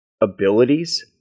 abilities